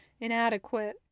inadequate